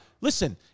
listen